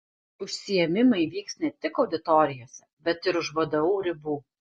užsiėmimai vyks ne tik auditorijose bet ir už vdu ribų